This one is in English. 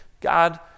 God